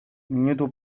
minutu